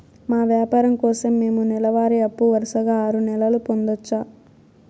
మా వ్యాపారం కోసం మేము నెల వారి అప్పు వరుసగా ఆరు నెలలు పొందొచ్చా?